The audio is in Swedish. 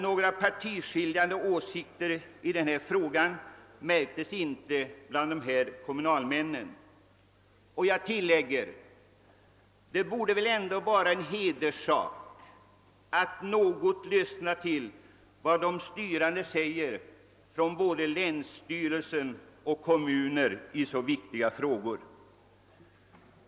Några partiskiljande åsikter i denna fråga märktes inte bland dessa kom munalmän. Jag tillägger: Det borde väl vara en hederssak att något lyssna till vad de styrande från länsstyrelsen och kommunerna säger i en så viktig fråga.